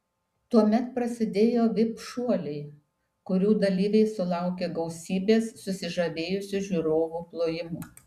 tuomet prasidėjo vip šuoliai kurių dalyviai sulaukė gausybės susižavėjusių žiūrovų plojimų